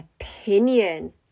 opinion